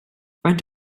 faint